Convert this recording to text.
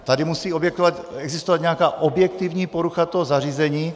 Tady musí existovat nějaká objektivní porucha toho zařízení.